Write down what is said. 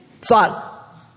thought